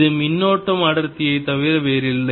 இது மின்னோட்டம் அடர்த்தியைத் தவிர வேறில்லை